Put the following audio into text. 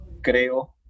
creo